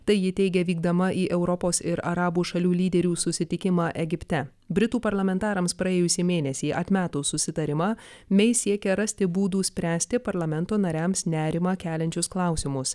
tai ji teigia vykdama į europos ir arabų šalių lyderių susitikimą egipte britų parlamentarams praėjusį mėnesį atmetus susitarimą bei siekia rasti būdų spręsti parlamento nariams nerimą keliančius klausimus